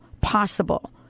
possible